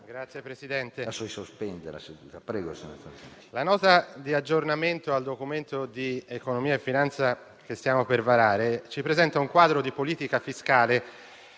Signor Presidente, la Nota di aggiornamento del Documento di economia e finanza che stiamo per votare ci presenta un quadro di politica fiscale